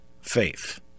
faith